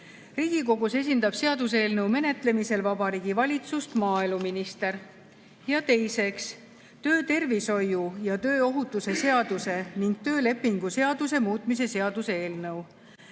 Riigikogus esindab seaduseelnõu menetlemisel Vabariigi Valitsust maaeluminister. Teiseks, töötervishoiu ja tööohutuse seaduse ning töölepingu seaduse muutmise seaduse eelnõu.